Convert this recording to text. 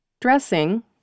dressing